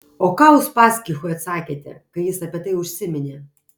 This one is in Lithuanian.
o ką uspaskichui atsakėte kai jis apie tai užsiminė